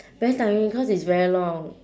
very tiring cause it's very long